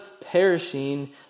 perishing